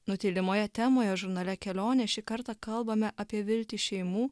nutylimoje temoje žurnale kelionė šį kartą kalbame apie viltį šeimų